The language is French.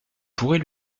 pourrez